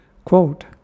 Quote